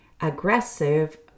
aggressive